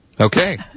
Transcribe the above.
okay